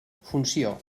funció